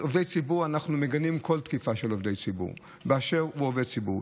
אנחנו מגנים כל תקיפה של עובדי ציבור באשר הם עובדי ציבור.